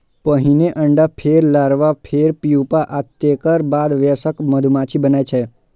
पहिने अंडा, फेर लार्वा, फेर प्यूपा आ तेकर बाद वयस्क मधुमाछी बनै छै